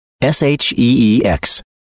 S-H-E-E-X